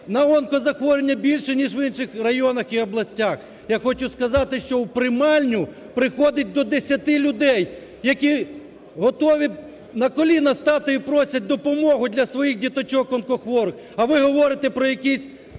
на онкозахворювання більше, ніж в інших районах і областях. Я хочу сказати, що у приймальню приходить до десяти людей, які готові на коліна стати і просять допомогу для своїх діточок онкохворих. А ви говорите про якісь